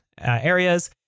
areas